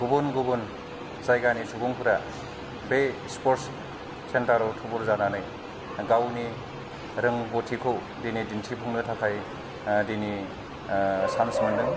गुबुन गुबुन जायगानि सुबुंफोरा बे स्फर्स सेन्टाराव थुबुर जानानै गावनि रोंगथिखौ दिनै दिन्थि फुंनो थाखाय दिनै सान्स मोनदों